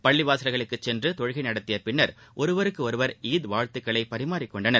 பள்ளி வாசல்களுக்குச் சென்று தொழுகை நடத்தியபின் ஒருவருக்கொருவர் ஈத் வாழ்த்துக்களை பரிமாறிக் கொண்டனர்